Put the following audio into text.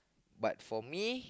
but for me